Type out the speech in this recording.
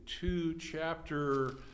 two-chapter